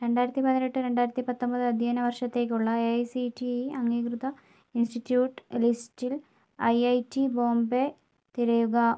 രണ്ടായിരത്തി പതിനെട്ട് രണ്ടായിരത്തി പത്തൊമ്പത് അധ്യയന വർഷത്തേക്കുള്ള A I C T E അംഗീകൃത ഇൻസ്റ്റിട്യൂട്ട് ലിസ്റ്റിൽ ഐ ഐ ടി ബോംബെ തിരയുക